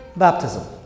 baptism